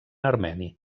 armeni